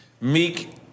Meek